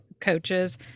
coaches